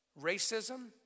racism